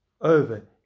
over